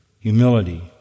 humility